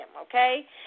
okay